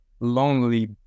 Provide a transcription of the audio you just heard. lonely